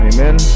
Amen